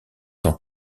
tant